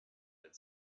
had